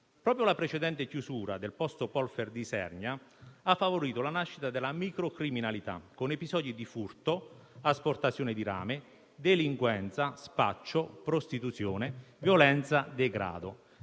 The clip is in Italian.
Proprio la precedente chiusura del posto Polfer di Isernia ha favorito la nascita della microcriminalità, con episodi di furto, asportazione di rame, delinquenza, spaccio, prostituzione, violenza e degrado.